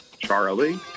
Charlie